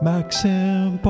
Maxim